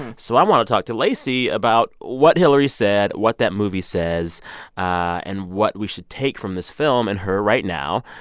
so i want to talk to lacey about what hillary said, what that movie says and what we should take from this film and her right now.